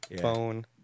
Phone